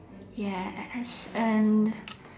yes and